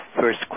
first